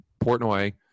Portnoy